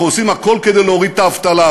אנחנו עושים הכול כדי להוריד את האבטלה,